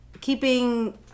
keeping